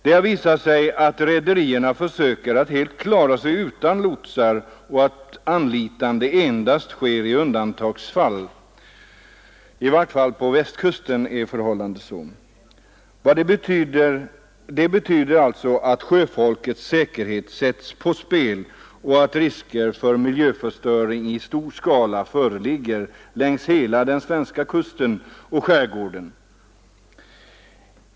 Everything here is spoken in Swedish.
Det har visat sig att rederierna försöker att helt klara sig utan lotsar och att anlitande endast sker i undantagsfall — i vart fall på Västkusten är förhållandet sådant. Det betyder alltså att sjöfolkets säkerhet sätts på spel och att risker för miljöförstöring i stor skala föreligger längs hela den svenska kusten och skärgården.